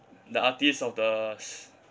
the artist of the s~